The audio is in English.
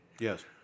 Yes